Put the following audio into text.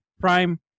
Prime